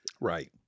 Right